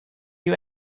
you